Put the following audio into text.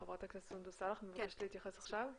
ח"כ סונדוס סאלח את מבקשת להתייחס עכשיו?